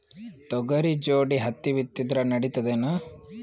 ತೊಗರಿ ಜೋಡಿ ಹತ್ತಿ ಬಿತ್ತಿದ್ರ ನಡಿತದೇನು?